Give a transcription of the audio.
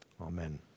Amen